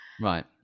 right